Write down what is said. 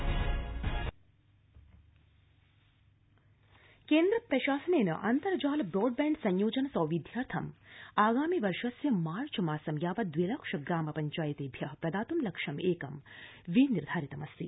राज्यसभा अन्तर्जालम् केन्द्र प्रशासनेन अन्तर्जाल ब्राडबैण्ड संयोजन सौविध्यर्थ आगामि वर्षस्य मार्च मासं यावत दवि लक्ष ग्राम पंचायतेभ्य प्रदातुं लक्ष्यमेकं निर्धारितमस्ति